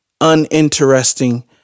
uninteresting